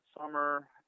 summer